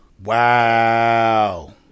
Wow